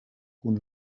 kun